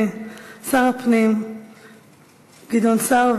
שר הפנים גדעון סער,